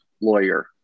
lawyer